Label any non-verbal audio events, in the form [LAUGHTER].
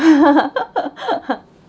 [LAUGHS]